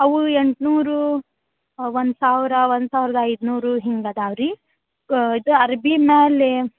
ಅವು ಎಂಟು ನೂರು ಒಂದು ಸಾವಿರ ಒಂದು ಸಾವಿರದ ಐದುನೂರು ಹಿಂಗೆ ಅದಾವೆ ರೀ ಇದು ಅರೇಬಿನಲ್ಲಿ